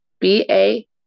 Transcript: B-A